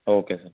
okay sir